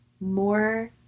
more